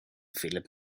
phillip